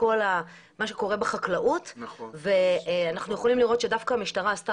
אנחנו יכולים לראות שדווקא המשטרה עשתה